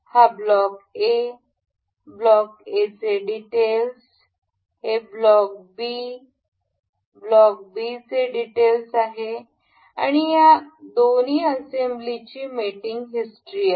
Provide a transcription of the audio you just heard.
हे block A block A चे details हे ब्लॉक B चे डिटेल्स आहे आणि ही या दोन असेम्ब्लीची मेटिंग हिस्ट्री आहे